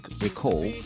recall